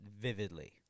vividly